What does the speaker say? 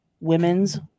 women's